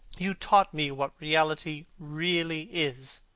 you taught me what reality really is.